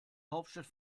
hauptstadt